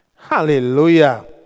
Hallelujah